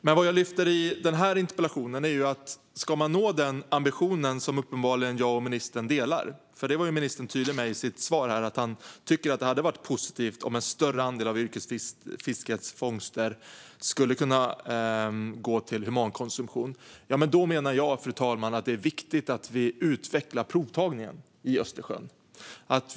Det jag lyfter i den här interpellationen är dock följande: Om man ska uppnå den ambition som jag och ministern uppenbarligen delar - i sitt svar var ministern tydlig med att han tycker att det hade varit positivt om en större andel av yrkesfiskets fångster kunde gå till humankonsumtion - menar jag att det är viktigt att vi utvecklar provtagningen i Östersjön, fru talman.